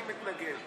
אני מתנגד.